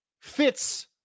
fits